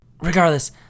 Regardless